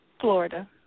Florida